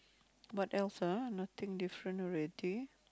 what else ah nothing different already